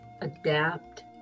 adapt